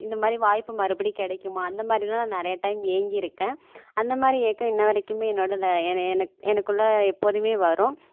இந்தமாதிரி வாய்ப்பு மறுபடி கிடைக்குமா அந்தமாதிரிலாம் நான் நிறையா டைம் ஏங்கியிருக்கேன் அந்தமாதிரி ஏக்கம் இன்ன வரைக்குமே என்னோடய எனக்குள்ளே எப்போதுமே வரும்